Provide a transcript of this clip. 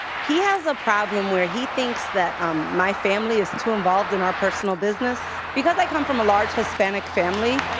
he has a problem where he thinks that um my family is too involved in our personal business. because i come from a large hispanic family,